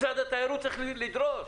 משרד התיירות צריך לדרוש,